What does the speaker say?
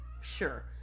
Sure